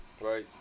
Right